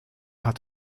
hat